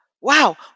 wow